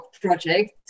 project